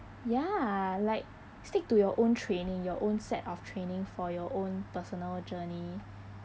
ya like stick to your own training your own set of training for your own personal journey